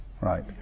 right